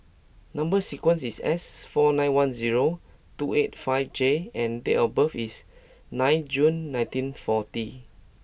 number sequence is S four nine one zero two eight five J and date of birth is nine June nineteen forty